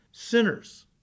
sinners